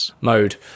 mode